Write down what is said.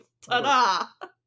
Ta-da